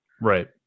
Right